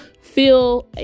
feel